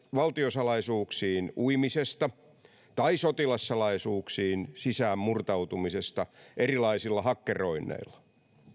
valtiosalaisuuksiin uimisesta tai sotilassalaisuuksiin sisään murtautumisesta erilaisilla hakkeroinneilla